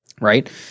right